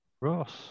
Ross